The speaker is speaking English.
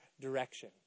direction